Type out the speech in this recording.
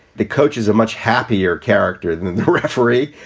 the coach is a much happier character than the referee.